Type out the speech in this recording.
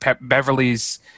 Beverly's